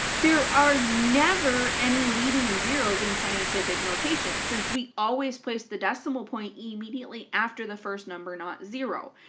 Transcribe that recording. there are never any leading zeroes in scientific notation since we always place the decimal point immediately after the first number not zero.